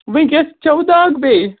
وُنٛکٮ۪س چھَوٕ دَگ بیٚیہِ